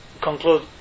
conclude